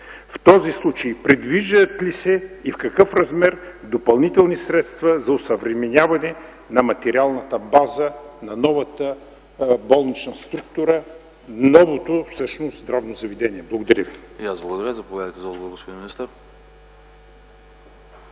В този случай предвиждат ли се и в какъв размер допълнителни средства за осъвременяване на материалната база на новата болнична структура, всъщност на новото здравно заведение? Благодаря ви.